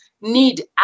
need